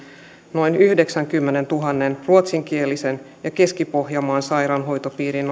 noin yhdeksänkymmenentuhannen ruotsinkielisen ja keski pohjanmaan sairaanhoitopiirin